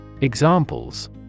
Examples